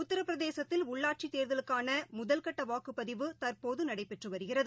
உத்திரபிரதேசத்தில் உள்ளாட்சித் தேர்தலுக்கானமுதல்கட்டவாக்குப்பதிவு தற்போதநடைபெற்றுவருகிறது